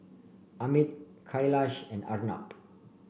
Amit Kailash and Arnab